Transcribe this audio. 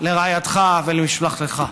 לרעייתך ולמשלחתך.